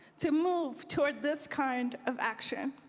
to move toward this kind of action.